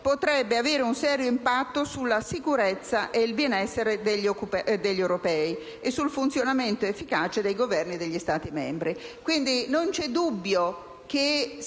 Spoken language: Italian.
potrebbe avere un serio impatto sulla sicurezza e sul benessere degli europei e sul funzionamento efficace dei Governi e degli Stati membri.